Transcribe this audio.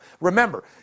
Remember